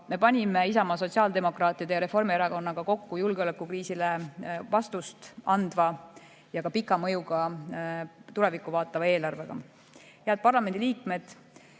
me panime Isamaa, sotsiaaldemokraatide ja Reformierakonnaga kokku julgeolekukriisile vastust andva ja ka pika mõjuga tulevikku vaatava eelarve. Head parlamendi liikmed!